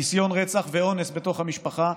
ניסון רצח ואונס בתוך המשפחה,